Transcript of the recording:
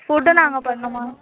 food நாங்கள் பண்ணும்மா